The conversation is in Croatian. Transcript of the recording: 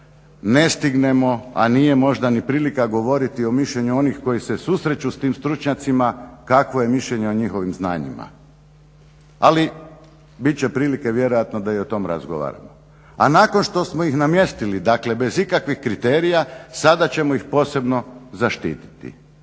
Ne stignemo a nije možda ni prilika govoriti o mišljenju onih koji se susreću s tim stručnjacima kakvo je mišljenje o njihovim znanjima. Ali bit će prilike vjerojatno da i o tome razgovaramo. A nakon što smo ih namjestili dakle bez ikakvih kriterija sada ćemo ih posebno zaštititi.